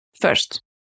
First